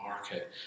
market